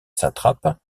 satrape